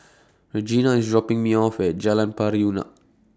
Regina IS dropping Me off At Jalan Pari Unak